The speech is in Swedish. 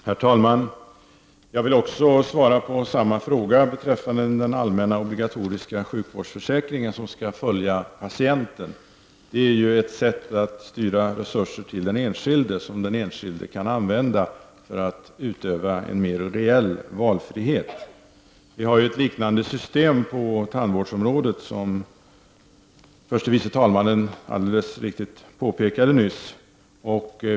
Herr talman! Jag vill också svara på frågan som gällde den allmänna oblikringen som skall följa patienten. Det är ju ett sätt gatoriska sjukvårdsfö att styra resurser till den enskilde, resurser som den enskilde kan använda för att utöva en mer reell valfrihet. Vi har ett liknande system på tandvårdsområdet, precis som förste vice talmannen alldeles riktigt påpekade nyss.